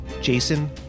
Jason